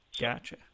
Gotcha